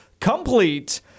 complete